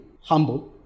humble